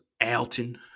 Alton